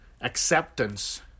acceptance